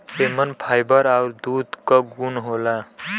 एमन फाइबर आउर दूध क गुन होला